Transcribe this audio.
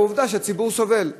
עובדה שהציבור סובל.